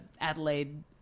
adelaide